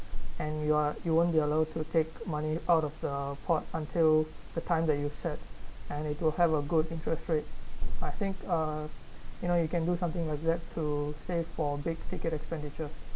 and you are you won't be allowed to take money out of the pot until the time that you set and it will have a good interest rate I think uh you know you can do something like that to save for big ticket expenditure